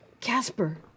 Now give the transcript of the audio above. Casper